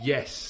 Yes